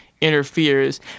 interferes